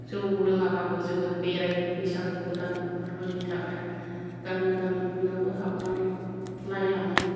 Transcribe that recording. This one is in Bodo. जौ लोङाबाबो जोङो बेरायो बैसागु गोदान फोरबोनि थाखाय गामि गामि बयनावबो हाबनानै नायलाङो